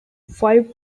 five